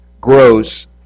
grows